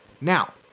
now